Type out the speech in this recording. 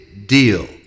Deal